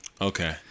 Okay